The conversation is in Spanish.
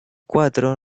cuatro